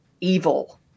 evil